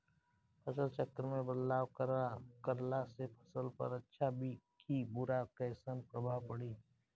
फसल चक्र मे बदलाव करला से फसल पर अच्छा की बुरा कैसन प्रभाव पड़ी?